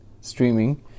streaming